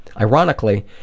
Ironically